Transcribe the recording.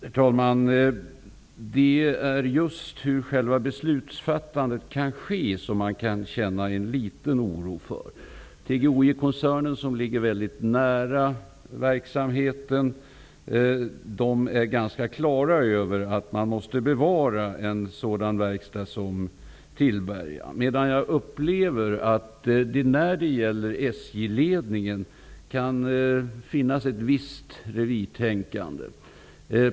Herr talman! Det är just beträffande hur själva beslutsfattandet sker som man kan känna en liten oro. TGOJ-koncernen ligger nära verksamheten och är på det klara med att man måste bevara en sådan verkstad som Tillberga. När det gäller SJ ledningen upplever jag dock att det kan finnas ett visst revirtänkande.